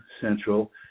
Central